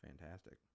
fantastic